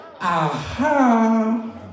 aha